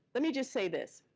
let me just say this,